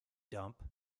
dump